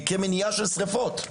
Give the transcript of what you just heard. כמניעה של שריפות.